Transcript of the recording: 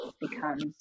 becomes